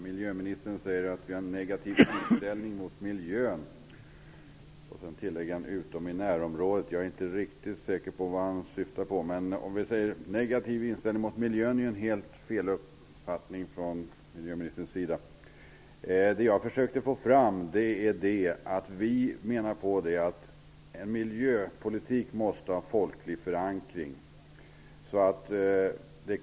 Miljöministern säger att vi har en negativ inställning till miljön. Sedan tillägger han ''utom i närområdet''. Jag är inte riktigt säker på vad han syftar på. Att vi skulle ha en negativ inställning till miljön är helt fel uppfattat av miljöministern. Det jag försökte få fram är att vi menar att en miljöpolitik måste ha folklig förankring.